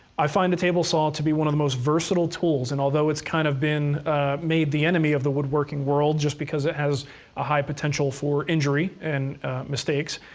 i find a table saw to be one of the most versatile tools, and although it's kind of been made the enemy of the woodworking world, just because it has a high potential for injury and mistakes,